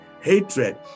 hatred